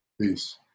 Peace